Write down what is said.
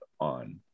on